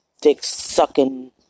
dick-sucking